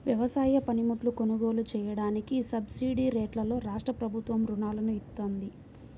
వ్యవసాయ పనిముట్లు కొనుగోలు చెయ్యడానికి సబ్సిడీరేట్లలో రాష్ట్రప్రభుత్వం రుణాలను ఇత్తంది